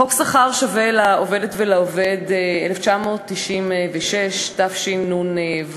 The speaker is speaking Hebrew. חוק שכר שווה לעובדת ולעובד, 1996, תשנ"ו,